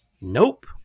Nope